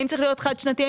האם צריך להיות חד שנתי,